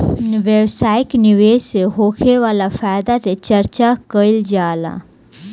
व्यापारिक निवेश से होखे वाला फायदा के चर्चा कईल जाला